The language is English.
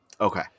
Okay